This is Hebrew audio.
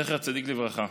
זכר צדיק לברכה.